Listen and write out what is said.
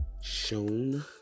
shown